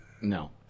No